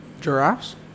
Giraffes